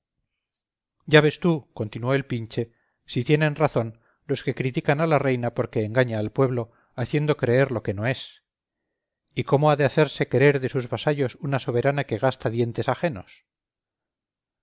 ya ves tú continuó el pinche si tienen razón los que critican a la reina porque engaña al pueblo haciendo creer lo que no es y cómo ha de hacerse querer de sus vasallos una soberana que gasta dientes ajenos